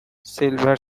silver